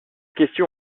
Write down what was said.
question